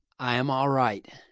i am all right.